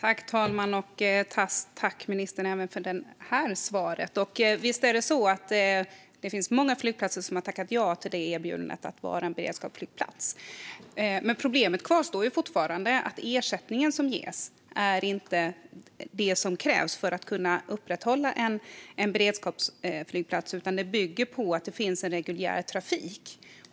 Fru talman! Tack, ministern, även för det svaret! Visst är det så att det finns många flygplatser som har tackat ja till erbjudandet att vara en beredskapsflygplats. Men problemet kvarstår att ersättningen som ges inte är den som krävs för att kunna upprätthålla en beredskapsflygplats, utan den bygger på att det finns reguljär trafik.